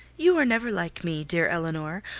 you are never like me, dear elinor,